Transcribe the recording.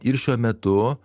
ir šiuo metu